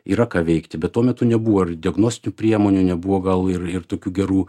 yra ką veikti bet tuo metu nebuvo ir diagnostinių priemonių nebuvo gal ir ir tokių gerų